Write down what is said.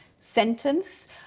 sentence